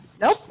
Nope